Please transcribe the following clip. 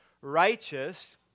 righteous